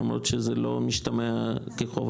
למרות שזה לא משתמע כחובה.